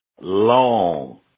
long